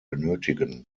benötigen